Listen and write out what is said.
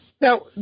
Now